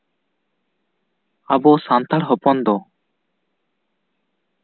ᱟᱵᱚ ᱥᱟᱱᱛᱟᱲ ᱦᱚᱯᱚᱱ ᱫᱚ